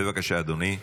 בבקשה, אדוני.